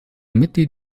mitglied